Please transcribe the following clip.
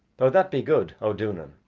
though that be good, o duanan,